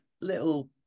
little